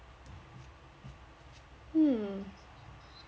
hmm